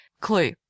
clue